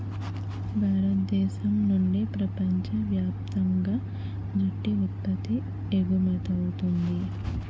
భారతదేశం నుండి ప్రపంచ వ్యాప్తంగా జూటు ఉత్పత్తి ఎగుమవుతుంది